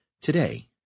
Today